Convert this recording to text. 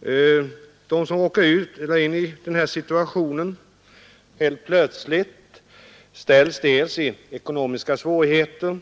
Den som helt plötsligt råkar i den här situationen får dels ekonomiska svårigheter,